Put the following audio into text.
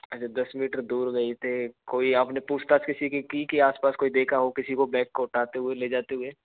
अच्छा दस मीटर दूर गए थे कोई आपने पूछताछ किसी की कि आस पास कोई देखा हो किसी को बेग को उठाते हुए ले जाते हुए